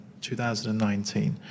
2019